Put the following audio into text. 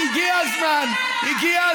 איפה היית?